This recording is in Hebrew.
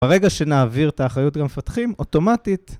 ברגע שנעביר את האחריות למפתחים, אוטומטית...